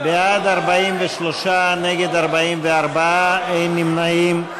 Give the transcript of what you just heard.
בעד, 43, נגד, 44, אין נמנעים.